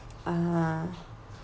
ah